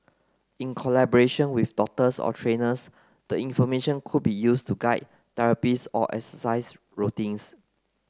in collaboration with doctors or trainers the information could be used to guide therapies or exercise routines